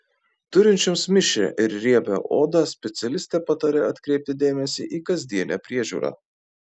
turinčioms mišrią ir riebią odą specialistė pataria atkreipti dėmesį į kasdienę priežiūrą